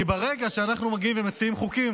כי ברגע שאנחנו מגיעים ומציעים חוקים